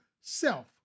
self